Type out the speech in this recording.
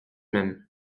même